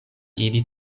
ili